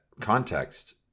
context